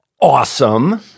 awesome